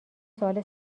سوال